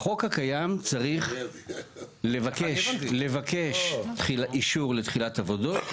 בחוק הקיים צריך לבקש אישור לתחילת עבודות,